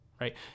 right